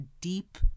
deep